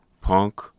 punk